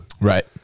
Right